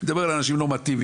אני מדבר על אנשים נורמטיביים